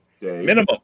Minimum